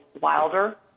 Wilder